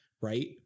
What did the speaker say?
right